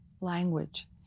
language